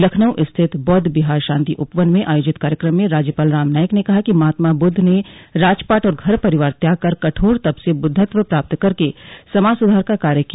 लखनऊ स्थित बौद्ध बिहार शांति उपवन में आयोजित कार्यक्रम में राज्यपाल राम नाईक ने कहा कि महात्मा बुद्ध ने राजपाट और घर परिवार त्याग कर कठोर तप से बुद्धत्व प्राप्त करके समाज सुधार का कार्य किया